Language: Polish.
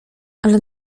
ale